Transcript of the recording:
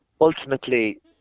ultimately